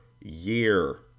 year